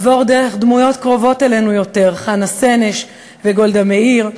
וכלה בדמויות קרובות אלינו יותר: חנה סנש וגולדה מאיר,